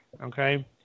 okay